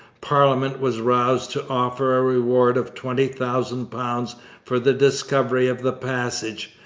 parliament was roused to offer a reward of twenty thousand pounds for the discovery of the passage,